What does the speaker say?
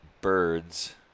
birds